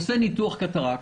עושה ניתוח קטרקט,